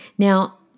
Now